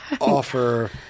offer